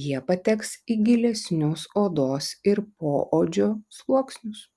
jie pateks į gilesnius odos ir poodžio sluoksnius